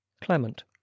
Clement